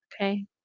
Okay